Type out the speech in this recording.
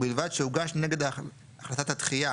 ובלבד שהוגש נגד החלטת הדחייה,